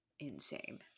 insane